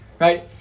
right